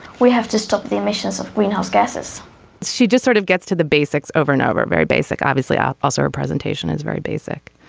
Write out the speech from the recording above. we have to stop the emissions of greenhouse gases she just sort of gets to the basics over and over very basic obviously our as so our presentation is very basic